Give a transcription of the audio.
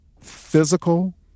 physical